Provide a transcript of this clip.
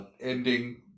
ending